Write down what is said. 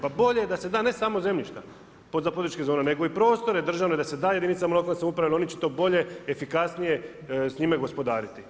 Pa bolje da se da ne samo zemljišta, za političke zone, nego i prostorne državne da se da jedinicama lokalne samouprave, jer oni će to bolje, efikasnije s njime gospodariti.